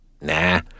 Nah